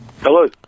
Hello